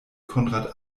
konrad